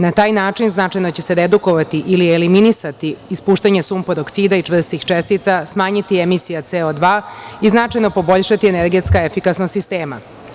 Na taj način značajno će se redukovati ili eliminisati ispuštanje sumpor-oksida i čvrstih čestica, smanjiti emisija CO2 i značajno poboljšati energetska efikasnost sistema.